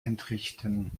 entrichten